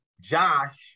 Josh